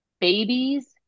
babies